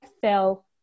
fell